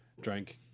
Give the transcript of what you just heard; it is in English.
drank